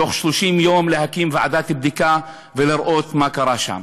תוך 30 יום להקים ועדת בדיקה ולראות מה קרה שם.